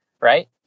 right